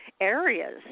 areas